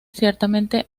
ciertamente